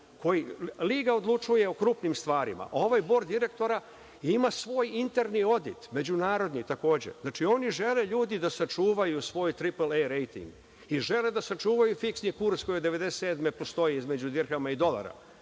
liga odlučuje o krupnim stvarima, ovaj bord direktora ima svoj interni odit, međunarodni takođe. Oni žele ljudi da sačuvaju svoje tripl A i žele da sačuvaju fiksni kurs koji od 1997. godine postoji između dirhama i dolara. Prema